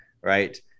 right